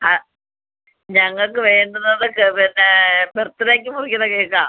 ആ ഞങ്ങൾക്ക് വേണ്ടത് ക്ക് പിന്നെ ബർത്ത്ഡേക്ക് മുറിക്കുന്ന കേക്ക് ആണ്